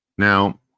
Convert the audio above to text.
Now